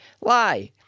Lie